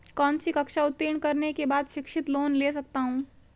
कौनसी कक्षा उत्तीर्ण करने के बाद शिक्षित लोंन ले सकता हूं?